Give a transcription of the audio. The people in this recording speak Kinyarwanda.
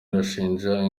irashinja